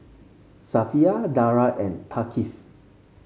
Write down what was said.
Safiya Dara and Thaqif